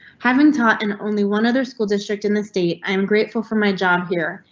having taught and only one other school district in the state. i am grateful for my job here,